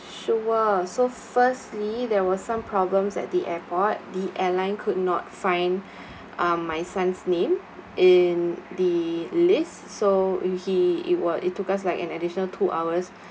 sure so firstly there was some problems at the airport the airline could not find um my son's name in the list so he it was it took us like an additional two hours